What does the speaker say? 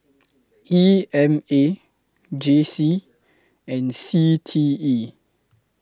E M A J C and C T E